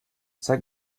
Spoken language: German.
zeig